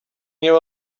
knew